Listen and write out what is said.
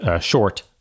short